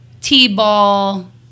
t-ball